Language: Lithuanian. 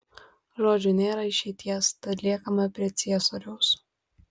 žodžiu nėra išeities tad liekame prie ciesoriaus